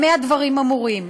במה הדברים אמורים?